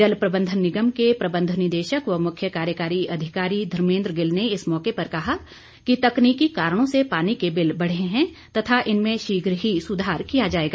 जल प्रबंधन निगम के प्रबंध निदेशक व मुख्य कार्यकारी अधिकारी धर्मेद्र गिल ने इस मौके पर कहा कि तकनीकी कारणों से पानी के बिल बढ़े हैं तथा इनमें शीघ्र ही सुधार किया जाएगा